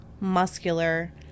muscular